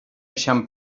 eixam